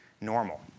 normal